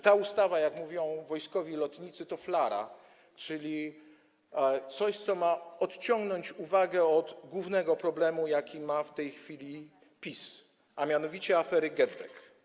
Ta ustawa, jak mówią wojskowi lotnicy, to flara, czyli coś, co ma odciągnąć uwagę od głównego problemu, jaki ma w tej chwili PiS, a mianowicie afery GetBack.